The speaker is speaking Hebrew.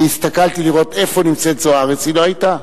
אני הסתכלתי לראות איפה נמצאת זוארץ, היא לא היתה.